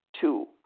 Two